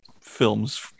films